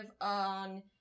on